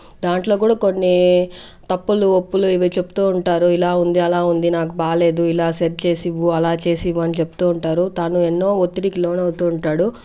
దాంట్లో కూడా కొన్ని తప్పులు ఒప్పులు ఇవి చెపుతూ ఉంటారు ఇలా ఉంది అలా ఉంది నాకు బాలేదు ఇలా సెట్ చేసి ఇవ్వు అలా చేసి ఇవ్వు అని చెప్తూ ఉంటారు తను ఎన్నో ఒత్తిడికి లోనవుతూ ఉంటాడు